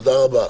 תודה רבה.